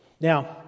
Now